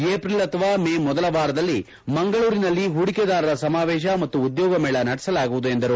April ಅಥವಾ May ಮೊದಲ ವಾರದಲ್ಲಿ ಮಂಗಳೂರಿನಲ್ಲಿ ಹೂಡಿಕೆದಾರರ ಸಮಾವೇಶ ಮತ್ತು ಉದ್ಯೋಗ ಮೇಳ ನಡೆಸಲಾಗುವುದು ಎಂದರು